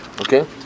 Okay